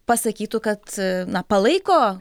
pasakytų kad na palaiko